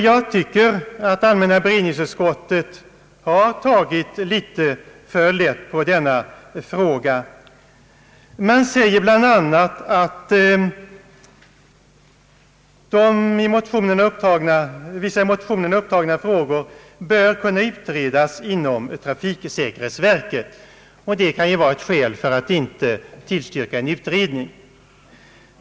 Jag tycker att allmänna beredningsutskottet har tagit litet för lätt på denna fråga. Man säger bl.a. att vissa i motionerna upptagna frågor bör kunna utredas inom trafiksäkerhetsverket, och det kan ju vara ett skäl för att inte tillstyrka en utredning.